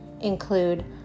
include